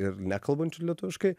ir nekalbančių lietuviškai